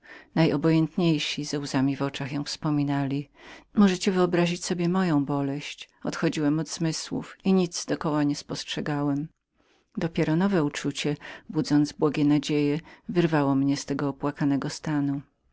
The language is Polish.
najobojętniejsi ze łzmiłzami w oczach ją wspominali możecie wyobrazić sobie moją boleść odchodziłem od zmysłów i nic do koła siebie nie spostrzegałem na szczęście nowe i pochlebne uczucie wyrwało mnie z tego opłakanego stanu